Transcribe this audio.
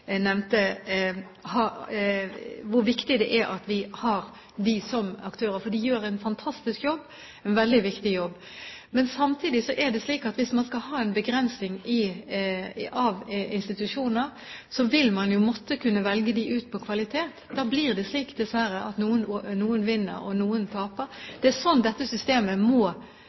nevnte, som aktører, for de gjør en fantastisk jobb – en veldig viktig jobb. Men samtidig er det slik at hvis man skal ha en begrensning av institusjoner, vil man jo måtte kunne velge dem ut på kvalitet. Da blir det slik, dessverre, at noen vinner, og noen taper. Det er sånn dette systemet må